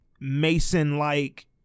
mason-like